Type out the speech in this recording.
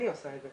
אני עושה את זה.